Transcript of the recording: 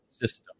system